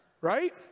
right